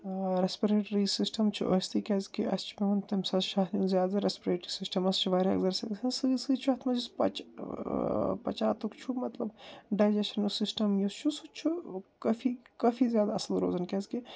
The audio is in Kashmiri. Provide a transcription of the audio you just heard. رٮ۪سپریٚٹری سسِٹم چھُ ٲستھی کیٛاہ زِ کہِ اَسہِ چھِ پٮ۪وان تَمہِ سات شاہ ہیوٚن زیادٕ رٮ۪سپریٚٹری سسٹمس چھِ وارِیاہ اٮ۪گزسایز گَژھان سۭتۍ سۭتۍ چھُ اتھ منٛز یُس پچہِ پچاتُک چھُ مطلب ڈجشنس سسٹم یُس چھُ سُہ چھُ قٲفی قٲفی زیادٕ اصٕل روزان کیٛاہ زِ کہِ